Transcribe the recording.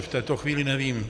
V této chvíli nevím.